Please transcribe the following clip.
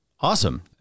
Awesome